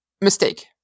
mistake